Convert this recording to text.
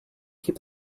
keep